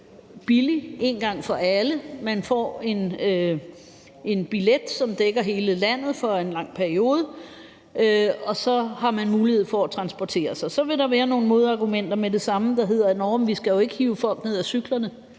billig en gang for alle. Man får en billet, som dækker hele landet for en lang periode, og så har man mulighed for at transportere sig. Så vil der med det samme være nogle modargumenter, der hedder: Jamen vi skal jo ikke hive folk ned af cyklerne.